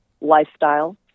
lifestyle